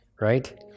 Right